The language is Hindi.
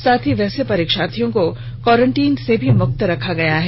साथ ही वैंसे परीक्षार्थियों को क्वारेंटाइन से भी मुक्त रखा गया है